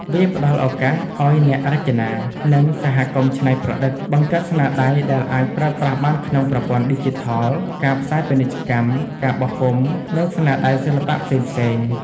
វាផ្តល់ឱកាសឲ្យអ្នករចនា និងសហគមន៍ច្នៃប្រឌិត បង្កើតស្នាដៃដែលអាចប្រើប្រាស់បានក្នុងប្រព័ន្ធឌីជីថល ការផ្សាយពាណិជ្ជកម្ម ការបោះពុម្ព និងស្នាដៃសិល្បៈផ្សេងៗ។